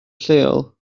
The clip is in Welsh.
lleol